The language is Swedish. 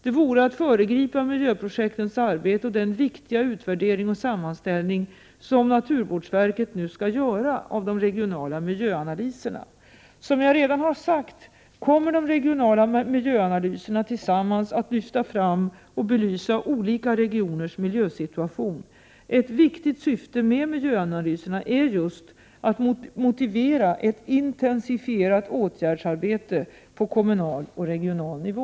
Det vore att föregripa miljöprojektens arbete och den viktiga utvärdering och sammanställning som naturvårdsverket nu skall göra av de regionala miljöanalyserna. Som jag redan har sagt kommer de regionala miljöanalyserna tillsammans att lyfta fram och belysa olika regioners miljösituation. Ett viktigt syfte med miljöanalyserna är just att motivera ett intensifierat åtgärdsarbete på kommunal och regional nivå.